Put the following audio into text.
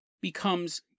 becomes